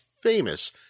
famous